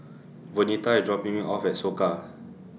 Vernita IS dropping Me off At Soka